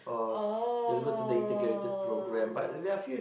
oh